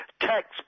tax